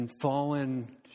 fallen